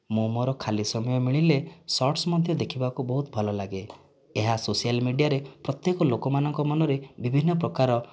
ମୁଁ ମୋର ଖାଲି ସମୟ ମିଳିଲେ ସର୍ଟସ୍ ମଧ୍ୟ ଦେଖିବାକୁ ବହୁତ ଭଲ ଲାଗେ ଏହା ସୋସିଆଲ ମିଡ଼ିଆରେ ପ୍ରତ୍ୟେକ ଲୋକମାନଙ୍କ ମନରେ ବିଭିନ୍ନ ପ୍ରକାର